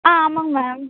ஆ ஆமாங்க மேம்